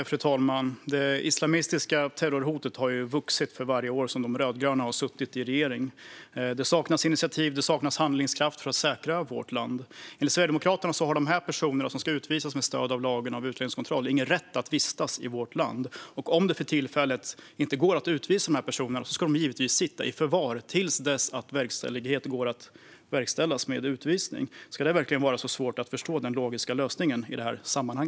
Fru talman! Det islamistiska terrorhotet har vuxit för varje år som de rödgröna har suttit i regering. Det saknas initiativ och handlingskraft för att säkra vårt land. Enligt Sverigedemokraterna har de personer som ska utvisas med stöd av lagen om utlänningskontroll ingen rätt att vistas i vårt land. Om det för tillfället inte går att utvisa sådana personer ska de givetvis sitta i förvar till dess att utvisning går att verkställas. Ska det verkligen vara så svårt att i detta sammanhang förstå en sådan logisk lösning?